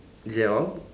is that all